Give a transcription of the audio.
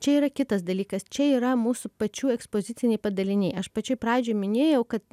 čia yra kitas dalykas čia yra mūsų pačių ekspoziciniai padaliniai aš pačioj pradžioj minėjau kad